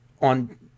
on